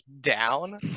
down